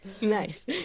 Nice